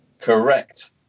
Correct